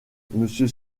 monsieur